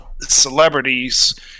celebrities